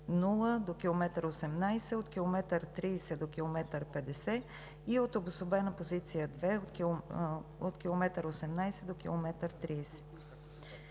км 0 до км 18, от км 30 до км 50, и Обособена позиция № 2 – от км 18 до км 30.